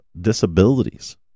disabilities